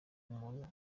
umuntu